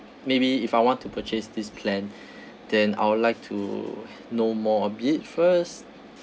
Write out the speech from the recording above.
maybe if I want to purchase this plan then I would like to know more a bit first